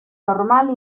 normal